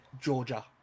Georgia